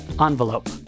ENVELOPE